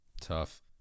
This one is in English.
Tough